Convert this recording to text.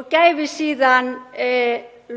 og gæfi síðan